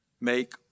make